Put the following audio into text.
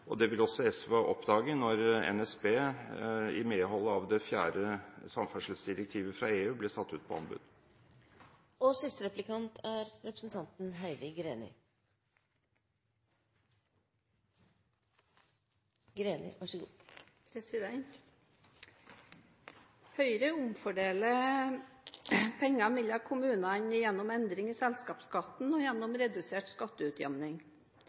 anbudene. Det vil også SV ha oppdaget da NSB i medhold av det fjerde samferdselsdirektivet fra EU, ble satt ut på anbud. Høyre omfordeler penger mellom kommunene gjennom endring i selskapsskatten og